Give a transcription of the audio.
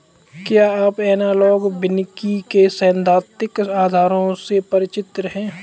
क्या आप एनालॉग वानिकी के सैद्धांतिक आधारों से परिचित हैं?